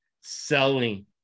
selling